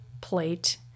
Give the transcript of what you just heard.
plate